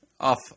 Off